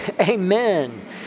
Amen